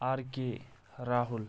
R K Rahul